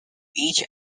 each